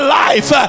life